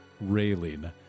railing